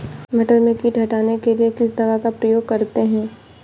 मटर में कीट हटाने के लिए किस दवा का प्रयोग करते हैं?